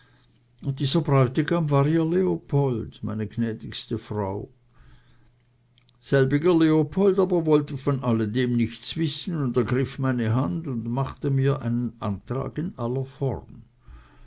und dieser bräutigam war ihr leopold meine gnädigste frau selbiger leopold aber wollte von dem allen nichts wissen und ergriff meine hand und machte mir einen antrag in aller form